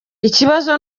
ikibazo